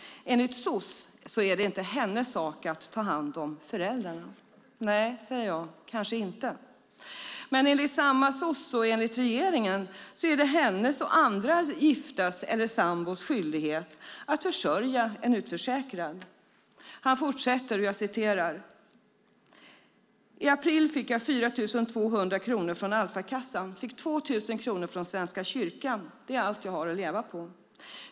Enligt soc är det inte hennes sak att ta hand om föräldrarna." Nej, säger jag, kanske inte. Men enligt samma soc och enligt regeringen är det hennes och andra giftas eller sambors skyldighet att försörja en utförsäkrad. Han fortsätter: "I april fick jag 4 200 kronor från Alfakassan, fick 2 000 från Svenska kyrkan. Det är allt jag hade att leva på.